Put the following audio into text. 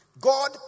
God